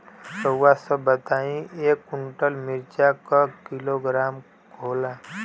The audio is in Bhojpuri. रउआ सभ बताई एक कुन्टल मिर्चा क किलोग्राम होला?